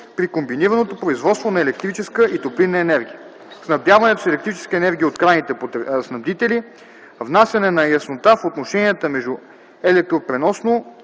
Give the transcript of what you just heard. при комбинираното производство на електрическа и топлинна енергия; снабдяването с електрическа енергия от крайните снабдители; внасяне на яснота в отношенията между електропреносно